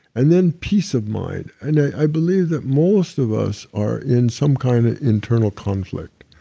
and then peace of mind, and i believe that most of us are in some kind of internal conflict.